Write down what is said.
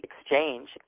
exchange